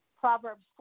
Proverbs